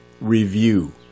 review